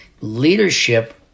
leadership